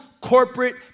corporate